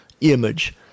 image